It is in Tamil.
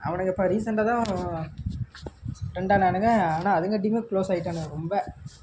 அவனுங்க இப்போ ரீசன்ட்டாக தான் ஃப்ரெண்ட் ஆனானுங்க ஆனால் அதுங்காட்டியும் குளோஸ் ஆகிட்டானுங்க ரொம்ப